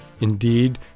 Indeed